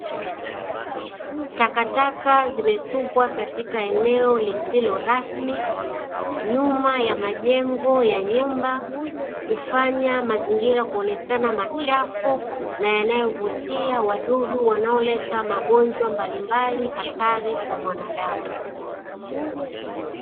Takataka zimetupwa katika eneo lisilo rasmi nyuma ya majengo ya nyumba, kufanya mazingira kuonekana machafu na yanayovutia wadudu wanaoleta magonjwa mbalimbali hatari kwa mwanadamu.